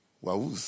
Wow